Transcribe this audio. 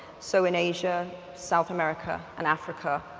so in asia, south america and africa,